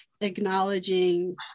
acknowledging